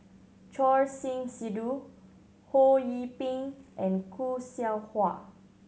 Choor Singh Sidhu Ho Yee Ping and Khoo Seow Hwa